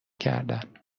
کردن